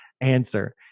answer